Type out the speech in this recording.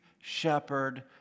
shepherd